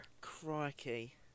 Crikey